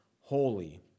holy